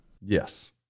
Yes